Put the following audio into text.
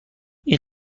این